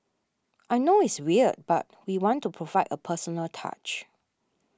I know it's weird but we want to provide a personal touch